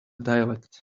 dialect